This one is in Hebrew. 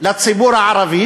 לציבור הערבי,